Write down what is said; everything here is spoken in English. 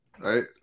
right